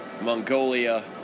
Mongolia